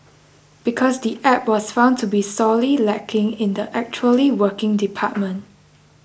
because the app was found to be sorely lacking in the actually working department